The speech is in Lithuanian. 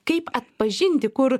kaip atpažinti kur